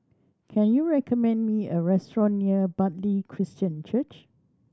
can you recommend me a restaurant near Bartley Christian Church